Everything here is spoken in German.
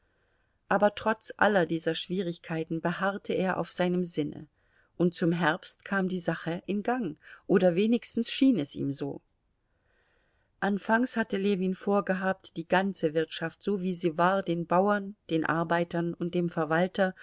aber trotz aller dieser schwierigkeiten beharrte er auf seinem sinne und zum herbst kam die sache in gang oder wenigstens schien es ihm so anfangs hatte ljewin vorgehabt die ganze wirtschaft so wie sie war den bauern den arbeitern und dem verwalter